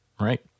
Right